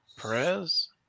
Perez